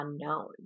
unknown